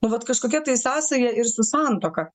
nu vat kažkokia tai sąsaja ir su santuoka